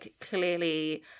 clearly